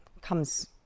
comes